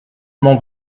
m’en